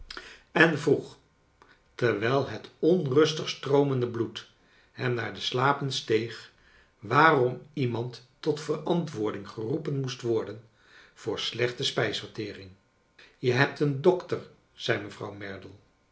en vroeg terwijl het onrustig stroomende bloed hem naar de slapen steeg waarom iemand tot verantwoording geroepen moest worden voor slechte spijsvertering je hebt een dokter zei mevrouw merdle